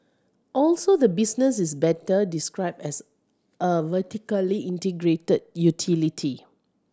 also the business is better described as a vertically integrated utility